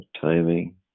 timing